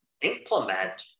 implement